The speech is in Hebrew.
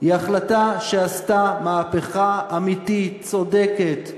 היא החלטה שעשתה מהפכה אמיתית, צודקת,